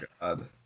god